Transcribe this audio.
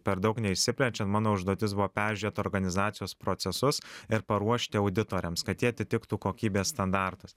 per daug neišsiplečiant mano užduotis buvo peržiūrėt organizacijos procesus ir paruošti auditoriams kad jie atitiktų kokybės standartus